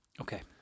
Okay